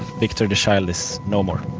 viktor the child is no more,